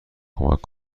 کمک